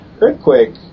earthquake